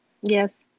Yes